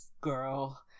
girl